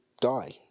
die